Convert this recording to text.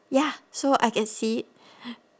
ya so I can see